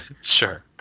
Sure